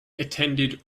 attended